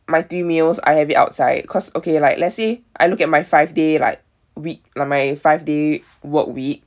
my three meals I have it outside because okay like let's say I look at my five day like week uh my five day work week